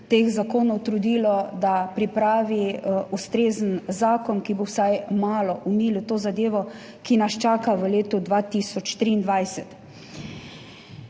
teh zakonov, trudilo, da pripravi ustrezen zakon, ki bo vsaj malo omilil to zadevo, ki nas čaka v letu 2023.Ja,